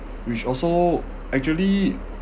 which also actually